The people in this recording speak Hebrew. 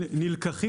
שנלקחים?